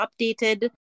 updated